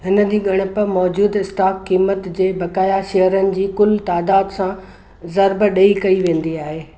हिन जी ग॒णप मौजूदह स्टॉक क़ीमत जे बक़ाया शेयरनि जी कुलु तइदादु सां ज़र्ब डे॒ई कई वेंदी आहे